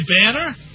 banner